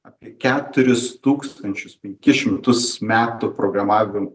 apie keturis tūkstančius penkis šimtus metų programavim